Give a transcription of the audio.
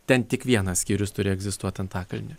ten tik vienas skyrius turi egzistuoti antakalny